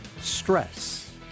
stress